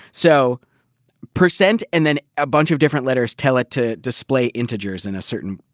so percent and then a bunch of different letters tell it to display integers in a certain,